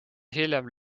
hiljem